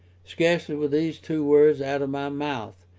scarcely were these two words out of my mouth,